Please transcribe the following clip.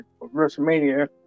WrestleMania